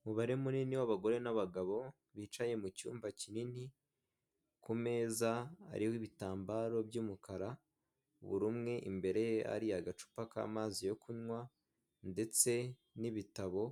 Umubare munini w'abagore n'abagabo bicaye mu cyumba kinini, ku meza hariho ibitambaro by'umukara. Buri umwe imbere ye hari agacupa k'amazi yo kunywa ndetse n'ibitabo.